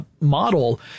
model